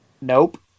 Nope